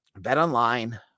BetOnline